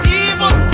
evil